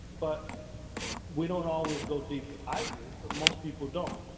but we don't always go deeper. i do, but most people don't.